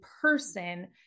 person